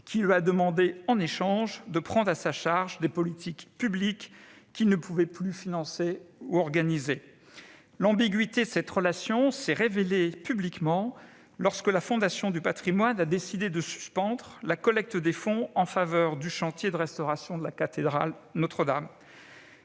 qui lui a demandé en échange de prendre à sa charge des politiques publiques qu'il ne pouvait plus financer ou organiser. L'ambiguïté de cette relation a été révélée au public lorsque la Fondation a décidé de suspendre sa collecte de fonds en faveur du chantier de restauration de la cathédrale Notre-Dame